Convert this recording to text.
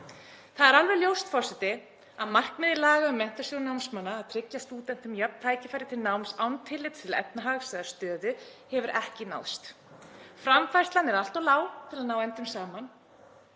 Það er alveg ljóst að markmið laga um Menntasjóð námsmanna, að tryggja stúdentum jöfn tækifæri til náms án tillits til efnahags eða stöðu, hefur ekki náðst. Framfærslan er allt of lág til að ná endum saman